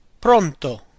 pronto